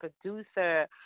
producer